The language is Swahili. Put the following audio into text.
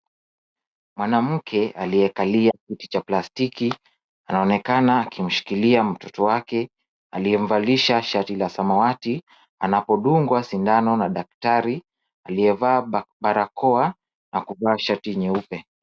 Mwanamke aliyekalia kiti cha plastiki, anaonekana akimshikilia mtoto wake aliyemvalisha shati la samawati anapodungwa sindano na daktari, aliyevaa barakoa na kuvaa shati nyeupe.